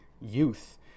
youth